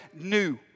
new